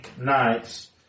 nights